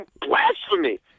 blasphemy